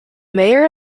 mayor